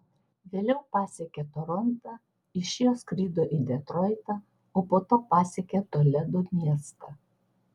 vėliau pasiekė torontą iš jo skrido į detroitą o po to pasiekė toledo miestą